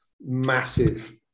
massive